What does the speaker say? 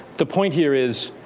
the point here is,